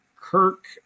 Kirk